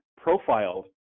profiled